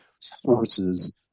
sources